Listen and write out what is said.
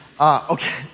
Okay